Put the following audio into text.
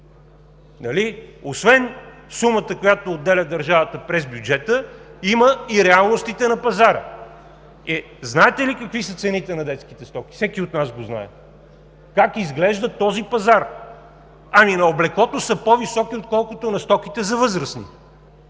Освен сумата, която отделя държавата през бюджета, има и реалностите на пазара. Е, знаете ли какви са цените на детските стоки? Всеки от нас го знае. Как изглежда този пазар? Ами на облеклото са по-високи, отколкото на стоките за възрастни,